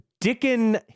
Dickon